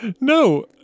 No